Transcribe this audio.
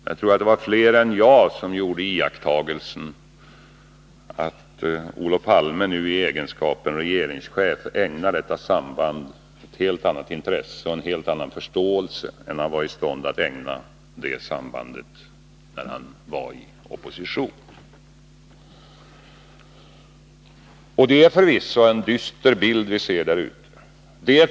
Jag tror att det var fler än jag som gjorde den iakttagelsen att Olof Palme nu i egenskap av regeringschef ägnar detta samband ett helt annat intresse och en helt annan förståelse än han var i stånd att ägna detta samband när han var i opposition. Det är förvisso en dyster bild vi ser där ute.